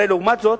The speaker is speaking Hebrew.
הרי לעומת זאת,